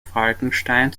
falkenstein